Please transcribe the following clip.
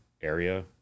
area